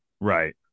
right